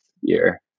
year